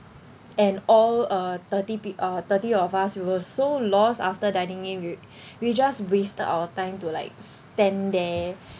and all uh thirty peo~ uh thirty of us we were so lost after dining in we we just wasted our time to like stand there